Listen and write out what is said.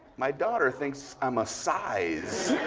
my daughter thinks i'm a size.